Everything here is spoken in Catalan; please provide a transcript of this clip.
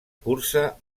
cursa